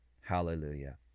Hallelujah